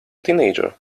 teenager